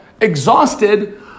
exhausted